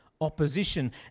opposition